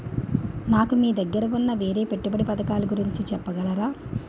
నాకు మీ దగ్గర ఉన్న వేరే పెట్టుబడి పథకాలుగురించి చెప్పగలరా?